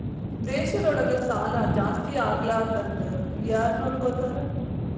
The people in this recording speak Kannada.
ದೇಶದೊಳಗ ಸಾಲಾ ಜಾಸ್ತಿಯಾಗ್ಲಾರ್ದಂಗ್ ಯಾರ್ನೊಡ್ಕೊತಾರ?